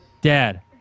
Dad